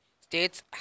states